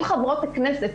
אם חברות הכנסת,